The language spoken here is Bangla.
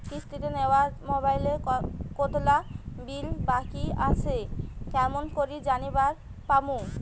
কিস্তিতে নেওয়া মোবাইলের কতোলা বিল বাকি আসে কেমন করি জানিবার পামু?